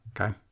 Okay